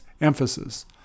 emphasis